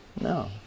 No